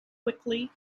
quickly